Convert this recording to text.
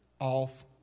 off